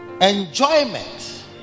Enjoyment